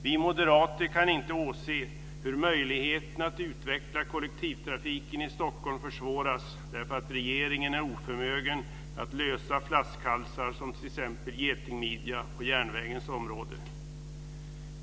Vi moderater kan inte åse hur utvecklingen av kollektivtrafiken i Stockholm försvåras därför att regeringen är oförmögen att lösa flaskhalsar som getingmidjan på järnvägens område.